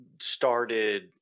started